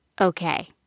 Okay